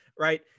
right